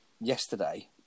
yesterday